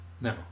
no